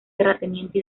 terrateniente